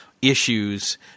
issues